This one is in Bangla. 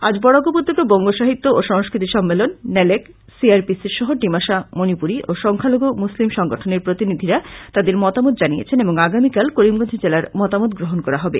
আজ বরাক উপত্যকা বঙ্গ সাহিত্য ও সংস্কৃতি সম্মেলন নেলেক সি আর পি সি সহ ডিমাসা মণিপুরী ও সংখ্যালঘু মুসলিম সংগঠনের প্রতিনিধিরা তাদের মতামত জানিয়েছেন এবং আগামীকাল করিমগঞ্জ জেলার মতামত গ্রহন করা হবে